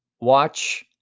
watch